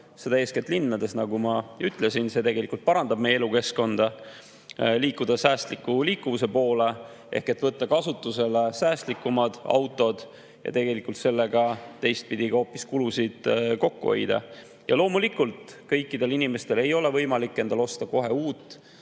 seda eeskätt linnades, nagu ma ütlesin. See tegelikult parandab meie elukeskkonda, aitab liikuda säästliku liikuvuse poole ehk võtta kasutusele säästlikumad autod ja tegelikult sellega teistpidi ka hoopis kulusid kokku hoida. Loomulikult, kõikidel inimestel ei ole võimalik endale kohe uut